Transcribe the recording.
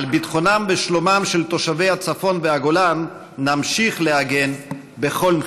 על ביטחונם ושלומם של תושבי הצפון והגולן נמשיך להגן בכל מחיר.